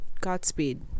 Godspeed